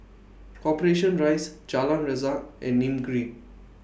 Corporation Rise Jalan Resak and Nim Green